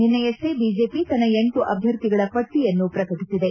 ನಿನ್ನೆಯಷ್ಟೇ ಬಿಜೆಪಿ ತನ್ನ ಲ ಅಭ್ಯರ್ಥಿಗಳ ಪಟ್ಟಿಯನ್ನು ಪ್ರಕಟಿಸಿದೆ